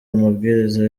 amabwiriza